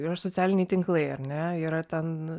yra socialiniai tinklai ar ne yra ten